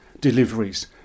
deliveries